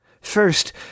First